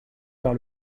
par